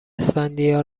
اسفندیار